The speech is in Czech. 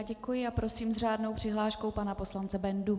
Děkuji a prosím s řádnou přihláškou pana poslance Bendu.